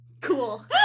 Cool